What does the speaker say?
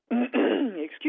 excuse